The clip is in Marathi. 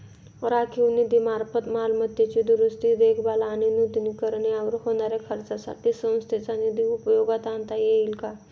राखीव निधीमार्फत मालमत्तेची दुरुस्ती, देखभाल आणि नूतनीकरण यावर होणाऱ्या खर्चासाठी संस्थेचा निधी उपयोगात आणता येईल का?